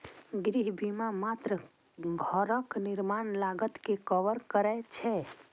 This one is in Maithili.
गृह बीमा मात्र घरक निर्माण लागत कें कवर करै छै